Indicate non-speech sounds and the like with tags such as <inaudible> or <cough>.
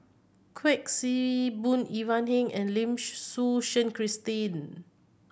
Kuik Swee Boon Ivan Heng and Lim <unintelligible> Suchen Christine